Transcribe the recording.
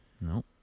No